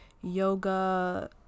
yoga